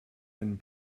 and